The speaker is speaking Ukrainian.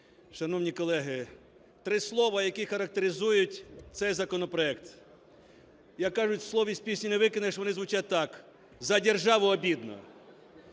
Шановні колеги, три слова, які характеризують цей законопроект. Як кажуть слів із пісні не викинеш, вони звучать так: "За державу обидно".